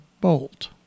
bolt